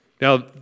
Now